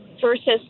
versus